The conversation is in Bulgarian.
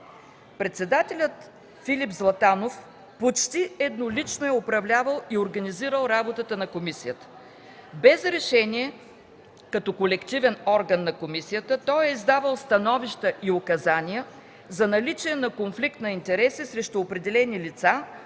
Председателят Филип Златанов почти еднолично е управлявал и организирал работата на комисията. Без решение, като колективен орган на комисията, той е издавал становища и указания за наличие на конфликт на интереси срещу определени лица,